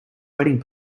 wedding